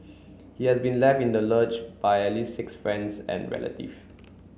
he has been left in the lurch by at least six friends and relative